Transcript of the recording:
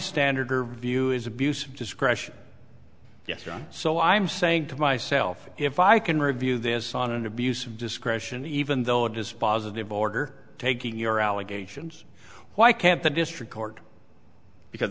standard or view is abuse of discretion yes so i'm saying to myself if i can review this on an abuse of discretion even though a dispositive order taking your allegations why can't the district court because